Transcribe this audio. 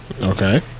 Okay